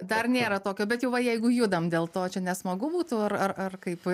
dar nėra tokio bet jau va jeigu judam dėl to čia nesmagu būtų ar ar ar kaip